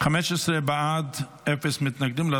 15 בעד, אין מתנגדים.